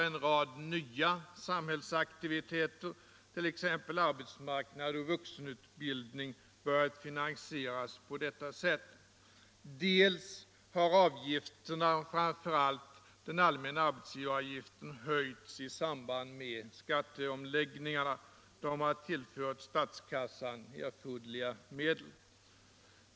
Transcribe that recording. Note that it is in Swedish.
En rad nya samhällsaktiviteter, t.ex. arbetsmarknadsoch vuxenutbildning, har också börjat finansieras på detta sätt. Avgifterna, framför allt den allmänna arbetsgivaravgiften, har slutligen höjts i samband med skatteomläggningarna, och de har tillfört statskassan erforderliga medel.